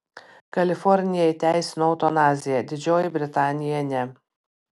kalifornija įteisino eutanaziją didžioji britanija ne